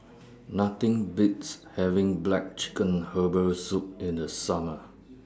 Nothing Beats having Black Chicken Herbal Soup in The Summer